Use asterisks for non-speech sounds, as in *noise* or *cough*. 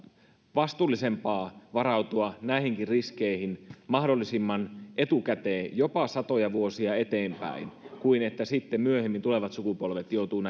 vastuullisempaa varautua näihinkin riskeihin mahdollisimman etukäteen jopa satoja vuosia eteenpäin sen sijaan että sitten myöhemmin tulevat sukupolvet joutuvat *unintelligible*